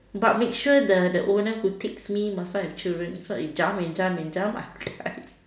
but make sure the the owner who picks me must not have children if not they jump and jump and jump